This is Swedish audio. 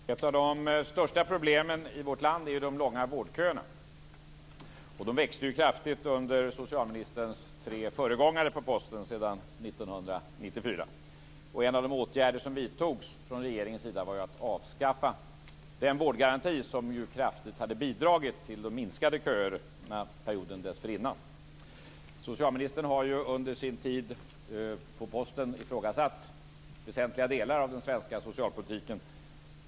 Fru talman! Ett av de största problemen i vårt land är de långa vårdköerna. De växte ju kraftigt under socialministerns tre föregångare på posten sedan En av de åtgärder som regeringen vidtog var att avskaffa den vårdgaranti som kraftigt hade bidragit till de minskade köerna perioden innan. Socialministern har ju under sin tid på posten ifrågasatt väsentliga delar av den svenska socialpolitiken.